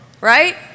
Right